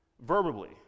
verbally